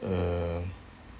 uh